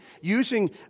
Using